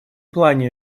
плане